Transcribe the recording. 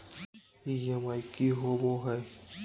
EMI की होवे है?